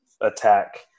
attack